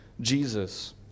Jesus